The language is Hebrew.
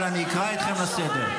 אבל אני אקרא אתכם לסדר.